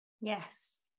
Yes